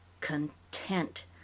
content